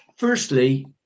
Firstly